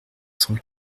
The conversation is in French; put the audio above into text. sans